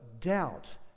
doubt